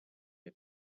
her